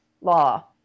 law